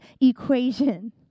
equation